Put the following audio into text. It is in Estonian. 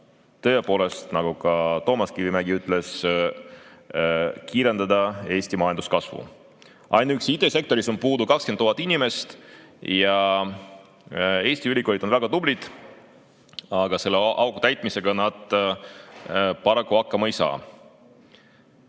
tõepoolest, nagu ka Toomas Kivimägi ütles, kiirendada Eesti majanduskasvu. Ainuüksi IT-sektoris on puudu 20 000 inimest ja Eesti ülikoolid on väga tublid, aga selle augu täitmisega nad paraku hakkama ei saa.